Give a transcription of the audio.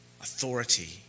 authority